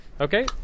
Okay